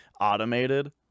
automated